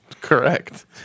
Correct